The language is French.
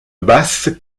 basse